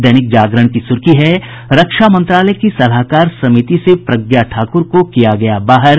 दैनिक जागरण की सुर्खी है रक्षा मंत्रालय की सलाहकार समिति से प्रज्ञा ठाकुर को किया गया बाहर